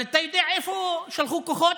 אבל אתה יודע לאיפה שלחו כוחות?